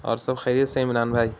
اور سب خیریت سے ہیں عمران بھائی